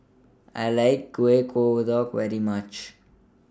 I like Kueh Kodok very much